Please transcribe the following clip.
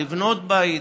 לבנות בית,